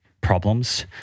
problems